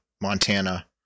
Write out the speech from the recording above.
Montana